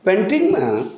पेन्टिंगमे